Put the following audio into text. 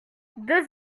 deux